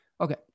okay